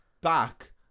back